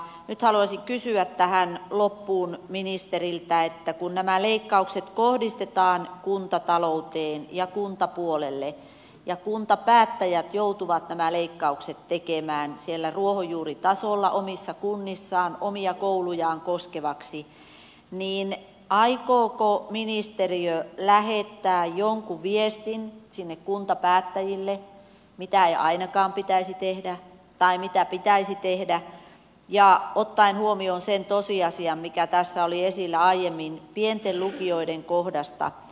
nyt haluaisin kysyä tähän loppuun ministeriltä että kun nämä leikkaukset kohdistetaan kuntatalouteen ja kuntapuolelle ja kuntapäättäjät joutuvat nämä leikkaukset tekemään siellä ruohonjuuritasolla omissa kunnissaan omia koulujaan koskeviksi niin aikooko ministeriö lähettää jonkun viestin sinne kuntapäättäjille siitä mitä ei ainakaan pitäisi tehdä tai mitä pitäisi tehdä ottaen huomioon sen tosiasian mikä tässä oli esillä aiemmin pienten lukioiden kohdasta